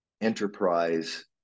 enterprise